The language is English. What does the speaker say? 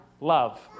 love